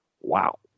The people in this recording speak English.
Wow